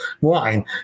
wine